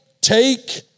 take